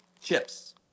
Chips